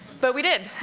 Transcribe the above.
but we did!